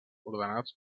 ordenats